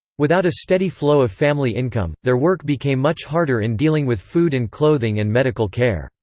without a steady flow of family income, their work became much harder in dealing with food and clothing and medical care.